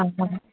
अच्छा